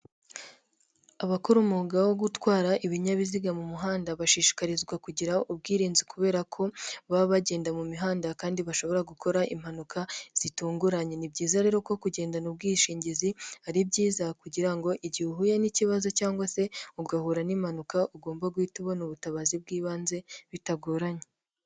Abakora umwuga wo gutwara ibinyabiziga mu muhanda, bashishikarizwa kugira ubwirinzi kubera ko baba bagenda mu mihanda kandi bashobora gukora impanuka zitunguranye, ni byiza rero ko kugendana ubwishingizi ari byiza kugira ngo igihe uhuye n'ikibazo cyangwa se ugahura n'impanuka, ugomba guhita ubona ubutabazi bw'ibanze bitagoranye.